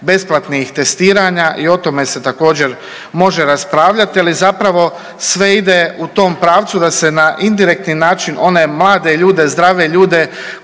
besplatnih testiranja i o tome se također može raspravljati. Ali zapravo sve ide u tom pravcu da se na indirektni način one mlade ljude zdrave ljude